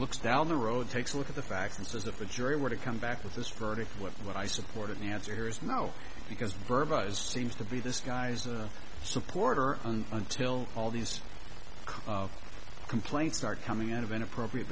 looks down the road takes a look at the facts and says if a jury were to come back with this verdict with what i supported the answer is no because verbalize seems to be this guy's a supporter until all these complaints start coming out of inappropriate